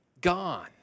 gone